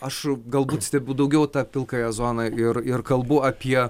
aš galbūt stebiu daugiau tą pilkąją zoną ir ir kalbu apie